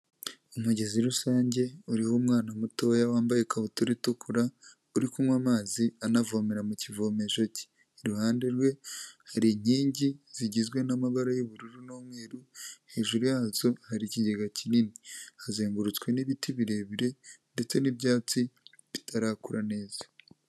Umugezi rusange uriho umwana mutoya wambaye ikabutura itukura uri kunywa amazi anavomera mu kivomesho cye, iruhande rwe hari inkingi zigizwe n'amaba y'ubururu n'umweru hejuru yazo hari ikigega kinini hazengurutswe n'ibiti birebire ndetse n'ibyatsi bitarakura neza.